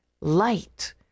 light